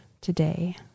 today